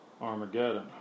Armageddon